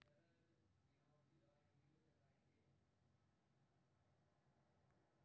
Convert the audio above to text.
equity शेयरधारक, preference शेयरधारक आ डिवेंचर होल्डर शेयरधारक के प्रकार छियै